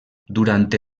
durant